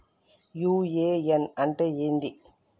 UAN అంటే ఏంది?